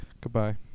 goodbye